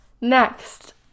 Next